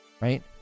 right